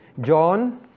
John